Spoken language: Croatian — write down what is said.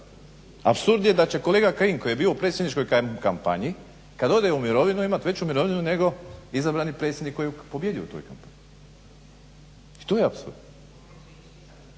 Apsurd je da će kolega Kajin koji je bio u predsjedničkoj kampanji kad ode u mirovinu imati veću mirovinu nego izabrani predsjednik koji je pobijedio u toj kampanji i to je apsurd.